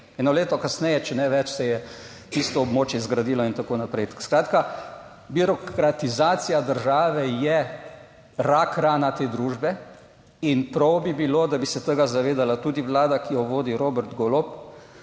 Eno leto kasneje, če ne več, se je tisto območje zgradilo in tako naprej. Skratka, birokratizacija države je rak rana te družbe, in prav bi bilo, da bi se tega zavedala tudi vlada, ki jo vodi Robert Golob.